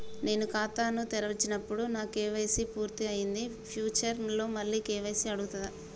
నేను ఖాతాను తెరిచినప్పుడు నా కే.వై.సీ పూర్తి అయ్యింది ఫ్యూచర్ లో మళ్ళీ కే.వై.సీ అడుగుతదా?